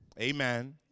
Amen